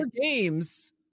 games